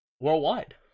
Worldwide